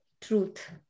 truth